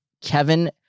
Kevin